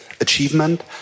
achievement